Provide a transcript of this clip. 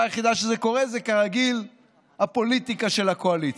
היחידה שזה קורה זה כרגיל הפוליטיקה של הקואליציה.